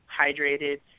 hydrated